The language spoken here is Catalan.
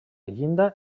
llinda